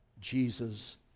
Jesus